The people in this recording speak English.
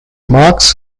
marks